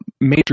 major